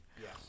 Yes